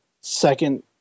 second